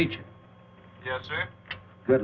beach good